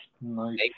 Nice